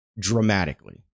dramatically